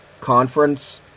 conference